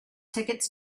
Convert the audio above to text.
tickets